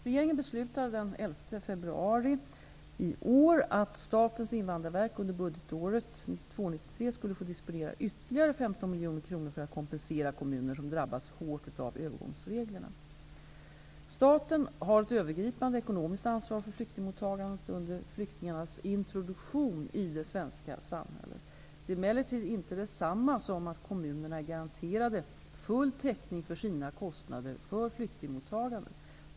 Regeringen beslutade den 11 februari i år att Statens invandrarverk under budgetåret 1992/93 skulle få disponera ytterligare 15 miljoner kronor för att kompensera kommuner som drabbats hårt av övergångsreglerna. Staten har ett övergripande ekonomiskt ansvar för flyktingmottagandet under flyktingarnas introduktion i det svenska samhället. Det är emellertid inte detsamma som att kommunerna är garanterade full täckning för sina kostnader för flyktingmottagandet.